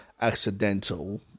accidental